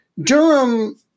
Durham